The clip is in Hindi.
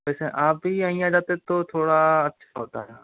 वैसे आप भी यहीं आ जाते तो थोडा अच्छा होता